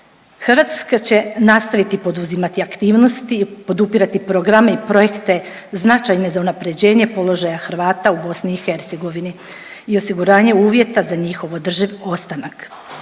„Hrvatska će nastaviti poduzimati aktivnosti, podupirati programe i projekte značajne za unapređenje položaja Hrvata u BiH i osiguranje uvjeta za njihov održiv ostanak.“